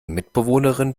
mitbewohnerin